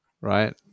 Right